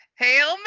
Hail